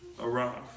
arrive